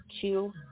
two